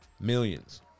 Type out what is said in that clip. Millions